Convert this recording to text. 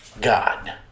God